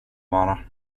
vara